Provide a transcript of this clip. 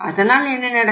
அதனால் என்ன நடக்கும்